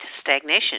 stagnation